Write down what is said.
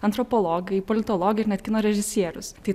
antropologai politologai ir net kino režisierius tai